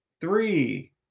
three